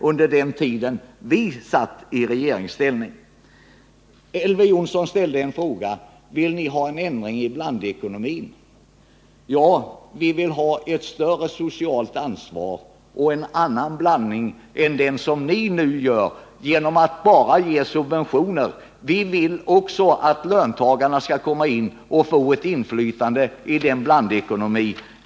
Onsdagen den Elver Jonsson frågade mig om vi ville få till stånd en ändring i 21 mars 1979 blandekonomin. Ja, vi vill ha ett större socialt ansvar och en annan blandekonomi än er som bara går ut på att ge subventioner. Vi vill också att löntagarna skall få ett inflytande över den blandekonomin.